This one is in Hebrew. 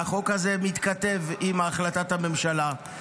והחוק הזה מתכתב עם החלטת הממשלה.